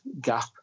gap